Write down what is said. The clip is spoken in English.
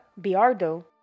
Biardo